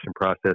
process